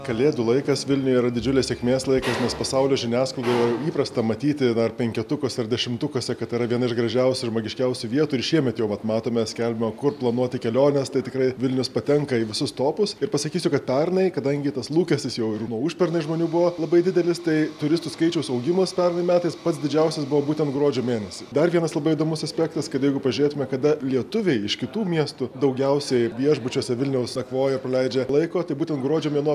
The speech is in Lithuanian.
kalėdų laikas vilniuje yra didžiulės sėkmės laikas nes pasaulio žiniasklaidoje įprasta matyti dar penketukuose ir dešimtukuose kad yra viena iš gražiausių ir magiškiausių vietų ir šiemet jau vat matome skelbia kur planuoti keliones tai tikrai vilnius patenka į visus topus ir pasakysiu kad pernai kadangi tas lūkestis jau ir nuo užpernai žmonių buvo labai didelis tai turistų skaičiaus augimas pernai metais pats didžiausias buvo būtent gruodžio mėnesį dar vienas labai įdomus aspektas kad jeigu pažiūrėtume kada lietuviai iš kitų miestų daugiausiai viešbučiuose vilniaus nakvoja praleidžia laiko tai būtent gruodžio mėnuo